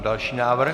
Další návrh.